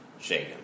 shaken